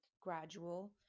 gradual